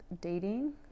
dating